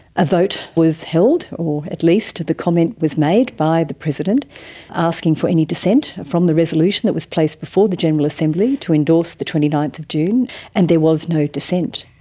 a vote was held or at least the comment was made by the president asking for any dissent from the resolution that was placed before the general assembly to endorse twenty ninth june and there was no dissent.